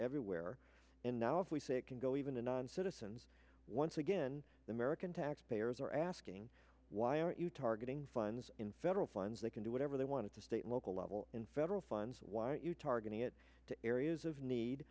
everywhere and now if we say it can go even to non citizens once again the american taxpayers are asking why are you targeting funds in federal funds they can do whatever they want to state local level in federal funds why are you targeting it to areas of need